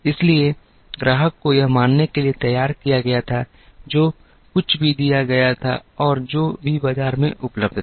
इसलिए ग्राहक को यह मानने के लिए तैयार किया गया था कि जो कुछ भी दिया गया था और जो भी बाजार में उपलब्ध था